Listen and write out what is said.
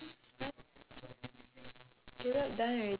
!wah! very hard okay okay so